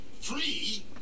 free